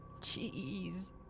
Jeez